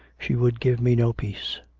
she would give me no peace.